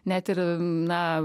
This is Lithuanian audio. net ir na